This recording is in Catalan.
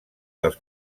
dels